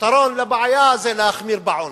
הפתרון לבעיה הוא להחמיר בעונש,